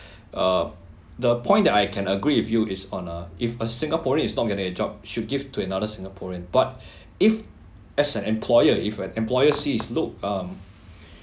uh the point that I can agree with you is on uh if a singaporean is not getting a job should give to another singaporean but if as an employer if an employer sees look um